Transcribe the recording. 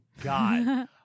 God